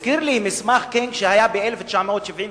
הזכיר לי מסמך שהיה ב-1975,